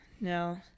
No